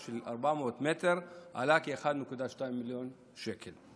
של 400 מטר הייתה 1.2 מיליון שקלים.